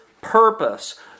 purpose